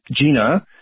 Gina